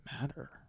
matter